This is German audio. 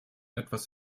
etwas